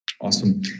Awesome